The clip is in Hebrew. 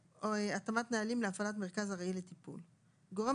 התאמת נהלים להפעלת מרכז ארעי לטיפול 15. גורם